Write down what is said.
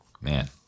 Man